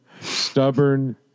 stubborn